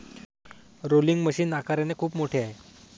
rolling machine आकाराने खूप मोठे आहे